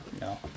No